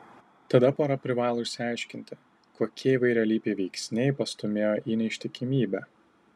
tada pora privalo išsiaiškinti kokie įvairialypiai veiksniai pastūmėjo į neištikimybę